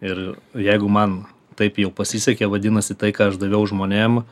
ir jeigu man taip jau pasisekė vadinasi tai ką aš daviau žmonėm